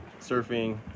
surfing